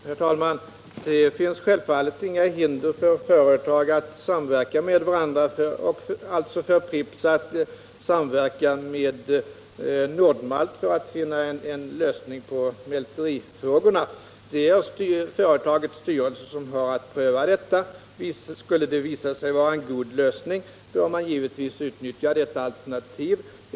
Herr talman! Det finns självfallet inga hinder för olika företag att samverka med varandra. Pripps kan alltså samverka med Nord-Malt för att finna en lösning på mälterifrågorna. Det är företagets styrelse som har att pröva detta. Skulle det visa sig vara en god lösning bör man givetvis utnyttja detta alternativ.